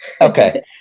Okay